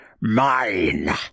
Mine